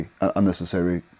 unnecessary